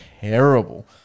terrible